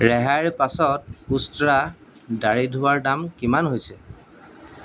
ৰেহাইৰ পাছত উষ্ট্ৰা দাড়ি ধোৱাৰ দাম কিমান হৈছে